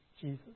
Jesus